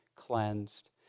cleansed